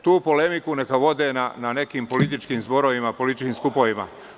Tu polemiku neka vode na nekim političkim zborovima, skupovima.